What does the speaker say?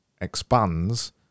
expands